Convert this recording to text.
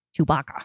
Chewbacca